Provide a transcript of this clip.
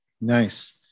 Nice